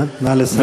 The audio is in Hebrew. נא לסיים.